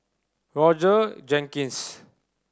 Roger Jenkins